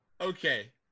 okay